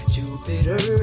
Jupiter